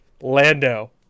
Lando